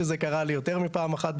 שזה קרה לי יותר מפעם אחת,